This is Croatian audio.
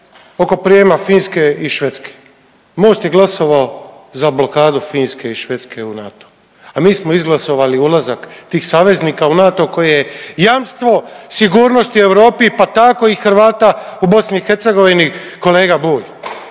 oko prijema Finske i Švedske. Most je glasovao za blokadu Finske i Švedske u NATO, a mi smo izglasali ulazak tih saveznika u NATO koje je jamstvo sigurnosti Europi pa tako i Hrvata u BiH kolega Bulj.